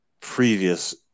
previous